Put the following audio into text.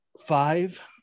five